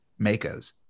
Makos